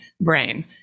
brain